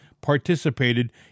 participated